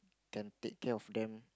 can take care of them